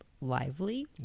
lively